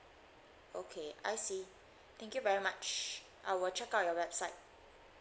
okay I see thank you very much I will check out your website